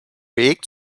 weg